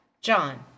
John